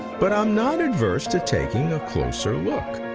but i'm not averse to taking a closer look.